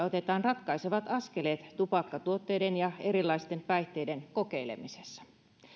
otetaan ratkaisevat askeleet tupakkatuotteiden ja erilaisten päihteiden kokeilemisessa